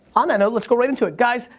on that note, let's go right into it. guys,